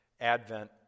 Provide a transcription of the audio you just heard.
Advent